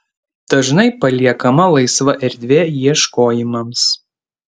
dažnai paliekama laisva erdvė ieškojimams